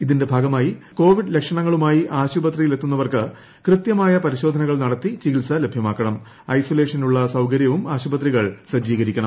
ഇതിന്റെ ഭാഗമായി കോവിഡ് ലക്ഷണങ്ങളുമായി ആശുപത്രിയിലെത്തുന്നവർക്ക് കൃത്യമായ പരിശോധനകൾ നടത്തി ഐസൊലേഷനുള്ള ആശുപത്രികൾ സജ്ജീകരിക്കണം